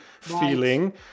feeling